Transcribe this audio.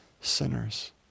sinners